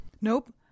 Nope